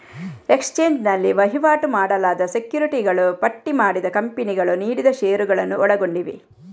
exchange ನಲ್ಲಿ ವಹಿವಾಟು ಮಾಡಲಾದ ಸೆಕ್ಯುರಿಟಿಗಳು ಪಟ್ಟಿ ಮಾಡಿದ ಕಂಪನಿಗಳು ನೀಡಿದ ಷೇರುಗಳನ್ನು ಒಳಗೊಂಡಿವೆ